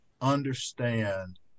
understand